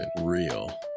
real